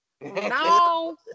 No